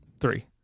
Three